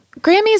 Grammys